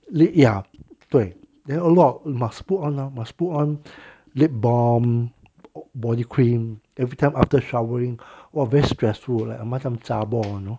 裂了对 then a lot must put on a must put on lip balm body cream everytime after showering oh very stressful leh like machiam zha-bor you know